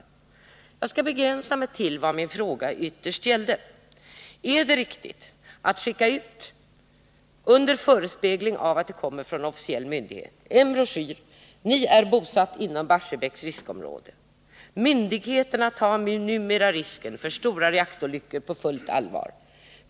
I stället skall jag begränsa mig till vad min fråga ytterst gällde, nämligen om det är riktigt att skicka ut — under förespegling av att den kommer från officiell myndighet — en broschyr som börjar på följande sätt: Myndigheterna tar numera risken för stora reaktorolyckor på fullt allvar.